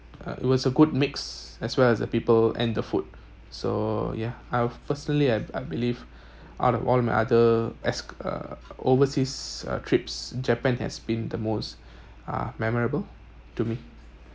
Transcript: uh it was a good mix as well as the people and the food so yeah I've personally I I believe out of all my other ex~ uh overseas uh trips japan has been the most uh memorable to me